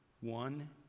one